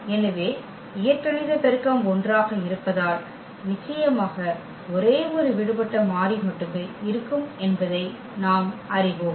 எனவே இயற்கணித பெருக்கம் 1 ஆக இருப்பதால் நிச்சயமாக ஒரே ஒரு விடுபட்ட மாறி மட்டுமே இருக்கும் என்பதை நாம் அறிவோம்